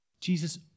Jesus